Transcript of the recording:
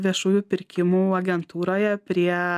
viešųjų pirkimų agentūroje prie